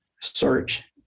search